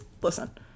listen